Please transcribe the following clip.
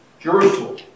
Jerusalem